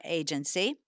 agency